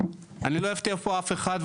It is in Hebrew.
אני לא אבכה איפה אף אחד,